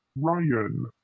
Ryan